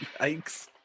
yikes